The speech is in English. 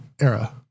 era